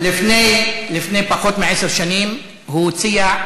לפני פחות מעשר שנים הוא הציע,